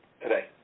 Today